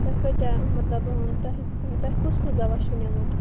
تُہۍ کۭتیاہ مَطلب تُہۍ تُہۍ کُس کُس دوا چھُو نِمُت